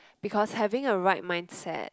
because having a right mindset